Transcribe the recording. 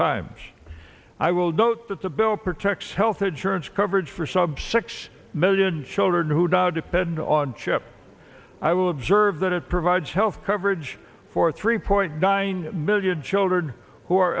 times i will note that the bill protect health insurance coverage for sub six million children who don't depend on chip i will observe that it provides health coverage for three point nine million children who are